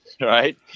right